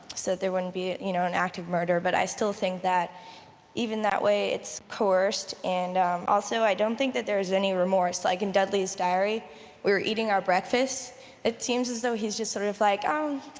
so there wouldn't be you know an act of murder but i still think that even that way it's coerced and also i don't think that there's any remorse like in dudley's diary we're getting our breakfast it seems as though he's just sort of like, oh,